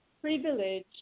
privilege